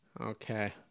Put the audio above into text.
Okay